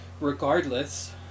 regardless